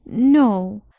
no,